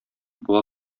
була